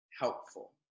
helpful